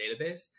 database